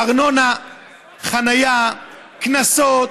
ארנונה, חנייה, קנסות,